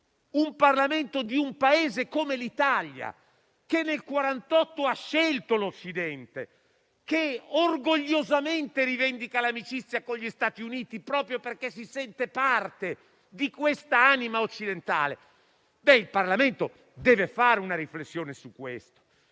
un Parlamento di un Paese come l'Italia, che nel 1948 ha scelto l'Occidente, che orgogliosamente rivendica l'amicizia con gli Stati Uniti proprio perché si sente parte di quest'anima occidentale, deve fare una riflessione al riguardo.